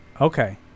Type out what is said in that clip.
Okay